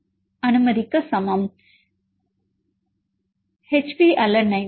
மாணவர் கழித்தல் Hp alanine